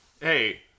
Hey